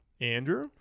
Andrew